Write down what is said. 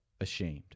ashamed